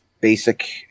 Basic